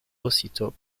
aussitôt